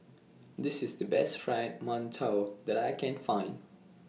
This IS The Best Fried mantou that I Can Find